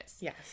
Yes